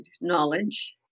knowledge